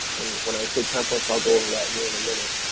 when i say templates, i'll go over that here in a minute.